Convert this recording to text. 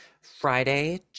Friday